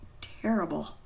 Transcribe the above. terrible